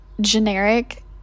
generic